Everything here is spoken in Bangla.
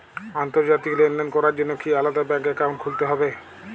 আন্তর্জাতিক লেনদেন করার জন্য কি আলাদা ব্যাংক অ্যাকাউন্ট খুলতে হবে?